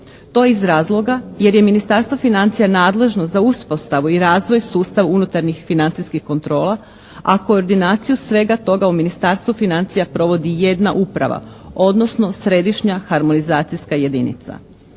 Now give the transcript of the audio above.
To iz razloga jer je Ministarstvo financija nadležno za uspostavu i razvoj, sustav unutarnjih financijskih kontrola, a koordinaciju svega toga u Ministarstvu financija provodi jedna uprava, odnosno središnja harmonizacijska jedinica.